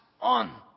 on